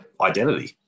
identity